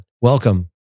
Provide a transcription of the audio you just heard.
Welcome